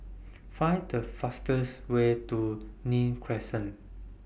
Find The fastest Way to Nim Crescent